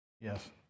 Yes